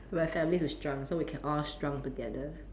my family to shrunk so we can all shrunk together